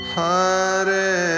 Hare